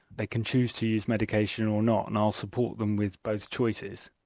they can choose to use medication or not and i'll support them with both choices.